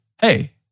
hey